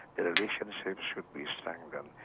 the relationship should be strengthened.